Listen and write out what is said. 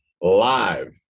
live